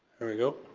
there we go.